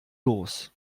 los